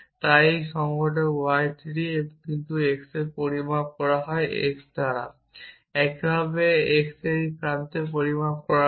তাই এই সংঘটন y 3 কিন্তু x এর পরিমাপ করা হয় x দ্বারা একইভাবে x এই প্রান্তে পরিমাপ করা হয়